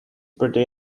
pretty